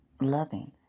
loving